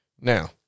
Now